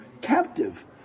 captive